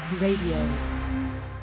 Radio